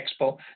expo